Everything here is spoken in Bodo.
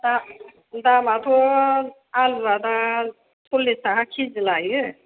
दा दामाथ' आलुआ दा सल्लिस टाका किजि लायो